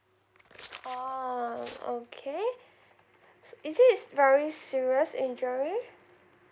oh okay is it it's very serious injury